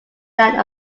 land